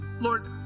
Lord